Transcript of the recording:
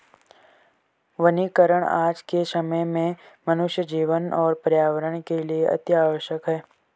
वनीकरण आज के समय में मनुष्य जीवन और पर्यावरण के लिए अतिआवश्यक है